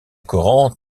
coran